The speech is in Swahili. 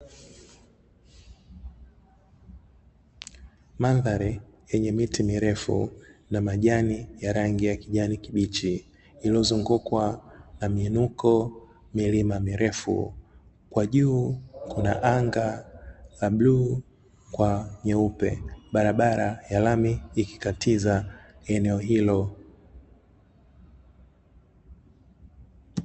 Mandhari yenye miti mirefu na majani ya rangi ya kijani kibichi, iliyozungukwa na miinuko, milima mirefu. Kwa juu kuna anga la bluu kwa nyeupe, barabara ya lami ikikatiza eneo hilo.